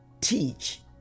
teach